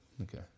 Okay